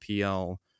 PL